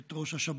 את ראש השב"כ,